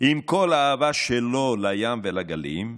עם כל האהבה שלו לים ולגלים,